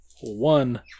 one